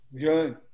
good